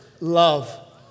love